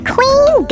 Queen